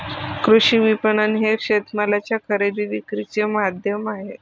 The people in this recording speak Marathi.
कृषी विपणन हे शेतमालाच्या खरेदी विक्रीचे माध्यम आहे